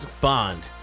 Bond